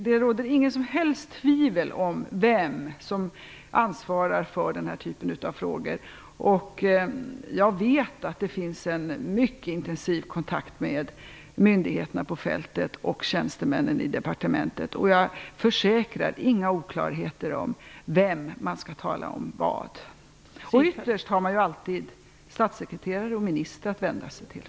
Det råder inget som helst tvivel om vem som ansvarar för den här typen av frågor. Jag vet att det förekommer en mycket intensiv kontakt mellan myndigheterna på fältet och tjänstemännen i departementet. Jag försäkrar att det inte finns några oklarheter i fråga om vem man skall tala med. Ytterst har man alltid statssekreterare och minister att vända sig till.